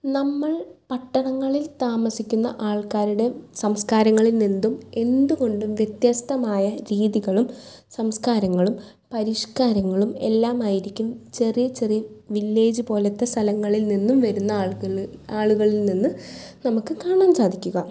നമ്മൾ പട്ടണങ്ങളിൽ താമസിക്കുന്ന ആൾക്കാരുടേം സംസ്കാരങ്ങളിൽ നിന്നും എന്തുകൊണ്ടും വ്യത്യസ്തമായ രീതികളും സംസ്കാരങ്ങളും പരിഷ്ക്കാരങ്ങളും എല്ലാമായിരിക്കും ചെറിയ ചെറിയ വില്ലജ് പോലത്തെ സ്ഥലങ്ങളിൽ നിന്നും വരുന്ന ആളുകൾ ആള്കളിൽ നിന്ന് നമുക്ക് കാണാൻ സാധിക്കുക